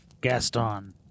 gaston